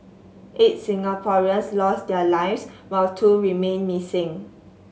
eight Singaporeans lost their lives while two remain missing